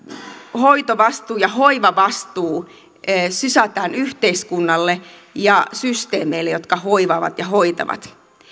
hoitovastuu ja hoivavastuu sysätään yhteiskunnalle ja systeemeille jotka hoivaavat ja hoitavat